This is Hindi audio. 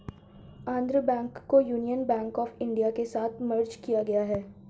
आन्ध्रा बैंक को यूनियन बैंक आफ इन्डिया के साथ मर्ज किया गया है